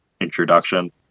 introduction